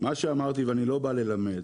מה שאמרתי ואני לא בא ללמד,